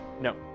No